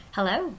Hello